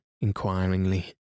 inquiringly